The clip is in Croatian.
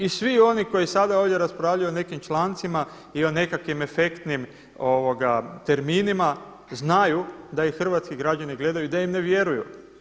I svi oni koji sada ovdje raspravljaju o nekim člancima i o nekim efektnim terminima znaju da ih hrvatski građani gledaju i da im ne vjeruju.